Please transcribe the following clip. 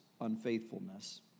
unfaithfulness